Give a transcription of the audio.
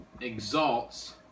exalts